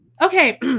Okay